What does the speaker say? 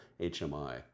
HMI